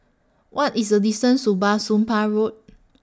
What IS The distance to Bah Soon Pah Road